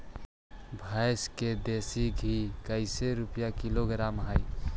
भैंस के देसी घी कैसे रूपये किलोग्राम हई?